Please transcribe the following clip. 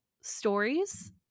stories